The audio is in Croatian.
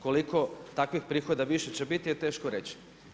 Koliko takvih prihoda više će biti je teško reći.